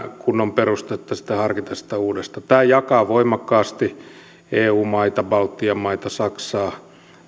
kunnon perustetta harkita sitä uudestaan tämä jakaa voimakkaasti eu maita baltian maita saksaa